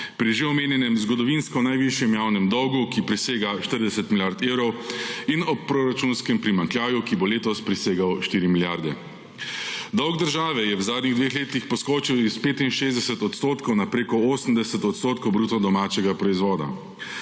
pri že omenjenem zgodovinsko najvišjem javnem dolgu, ki presega 40 milijard evrov, in proračunskem primanjkljaju, ki bo letos presegel 4 milijarde. Dolg države je v zadnjih dveh letih poskočil s 65 % na preko 80 % bruto domačega proizvoda.